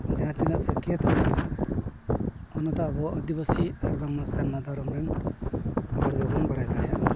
ᱡᱟᱦᱟᱸ ᱛᱤᱱᱟᱹᱜ ᱥᱟᱹᱠᱟᱹᱭᱟᱹᱛ ᱢᱮᱱᱟᱜᱼᱟ ᱚᱱᱟ ᱫᱚ ᱟᱵᱚ ᱟᱹᱫᱤᱵᱟᱹᱥᱤ ᱟᱨ ᱵᱟᱝᱢᱟ ᱥᱟᱨᱱᱟ ᱫᱷᱚᱨᱚᱢ ᱨᱮᱱ ᱦᱚᱲ ᱜᱮᱵᱚᱱ ᱵᱟᱲᱟᱭ ᱫᱟᱲᱮᱭᱟᱜᱼᱟ